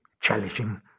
challenging